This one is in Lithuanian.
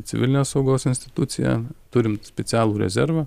civilinės saugos institucija turim specialų rezervą